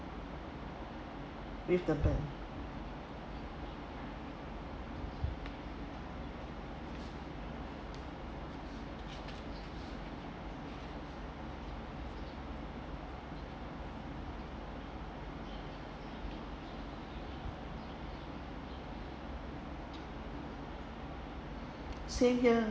with the bank same here